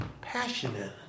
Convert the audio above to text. passionate